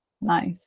Nice